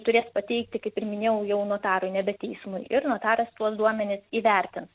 turės pateikti kaip ir minėjau jau notarui nebe teismui ir notaras tuos duomenis įvertins